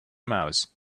mouse